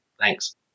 Thanks